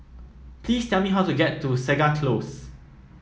please tell me how to get to Segar Close